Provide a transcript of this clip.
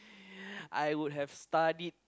I would have study